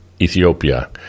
Ethiopia